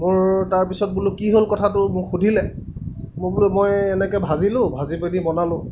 মোৰ তাৰপিছত বোলো কি হ'ল কথাটো মোক সুধিলে মই বোলো মই এনেকৈ ভাজিলোঁ ভাজি পেনি বনালোঁ